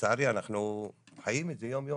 לצערי אנחנו חיים את זה יום-יום.